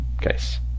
case